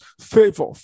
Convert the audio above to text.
Favor